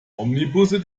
omnibusse